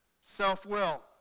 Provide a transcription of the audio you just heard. Self-will